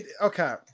Okay